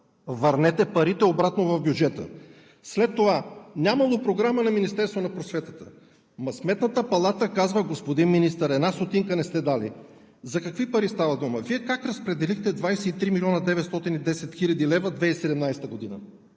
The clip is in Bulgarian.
Върнете парите обратно в бюджета! След това, нямало програма на Министерството на науката и образованието. Сметната палата казва, господин Министър, че една стотинка не сте дали. За какви пари става дума? Вие как разпределихте 23 млн. 910 хил. лв. през 2017 г.